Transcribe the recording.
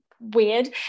weird